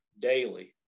daily